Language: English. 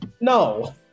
No